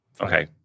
okay